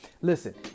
Listen